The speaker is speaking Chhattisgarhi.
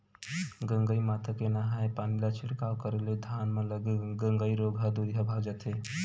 गंगई माता के नंहाय पानी ला छिड़काव करे ले धान म लगे गंगई रोग ह दूरिहा भगा जथे